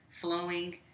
flowing